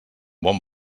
bon